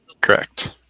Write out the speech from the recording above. Correct